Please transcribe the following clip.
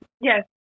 Yes